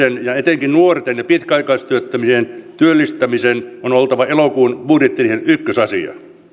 ja etenkin nuorten ja pitkäaikaistyöttömien työllistämisen on oltava elokuun budjettiriihen ykkösasia